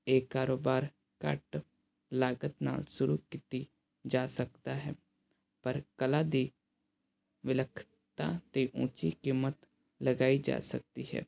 ਇੱਕ ਕਾਰੋਬਾਰ ਘੱਟ ਲਾਗਤ ਨਾਲ ਸ਼ੁਰੂ ਕੀਤੀ ਜਾ ਸਕਦਾ ਹੈ ਪਰ ਕਲਾ ਦੀ ਵਿਲੱਖਣਤਾ 'ਤੇ ਉੱਚੀ ਕੀਮਤ ਲਗਾਈ ਜਾ ਸਕਦੀ ਹੈ